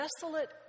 desolate